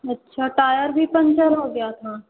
अच्छा टायर भी पंचर हो गया था